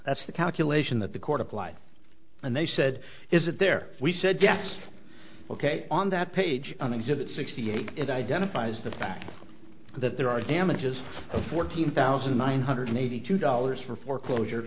that's the calculation that the court applied and they said is it there we said yes ok on that page on exhibit sixty eight it identifies the fact that there are damages fourteen thousand nine hundred eighty two dollars for foreclosure